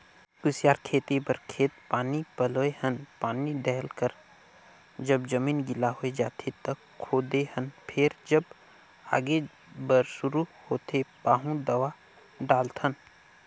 कुसियार खेती बर खेत पानी पलोए हन पानी डायल कर जब जमीन गिला होए जाथें त खोदे हन फेर जब जागे बर शुरू होथे पाहु दवा डालथन